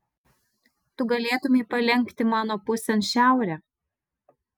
tu galėtumei palenkti mano pusėn šiaurę